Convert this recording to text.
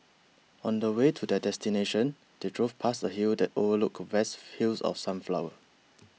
on the way to their destination they drove past a hill that overlooked vast fields of sunflower